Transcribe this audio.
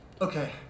Okay